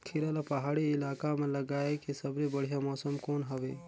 खीरा ला पहाड़ी इलाका मां लगाय के सबले बढ़िया मौसम कोन हवे?